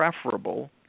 preferable